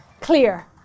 clear